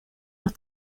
los